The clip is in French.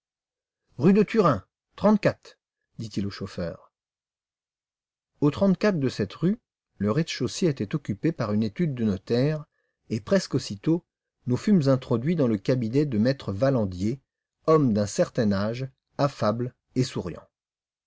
rue de turin trente-quatre dit-il au chauffeur au trente-quatre de cette rue le rez-de-chaussée était occupé par une étude de notaire et presque aussitôt nous fûmes introduits dans le cabinet de m e valandier homme d'un certain âge affable et souriant